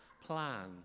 plan